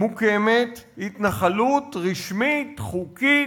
מוקמת התנחלות רשמית, חוקית,